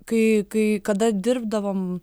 kai kai kada dirbdavom